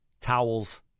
towels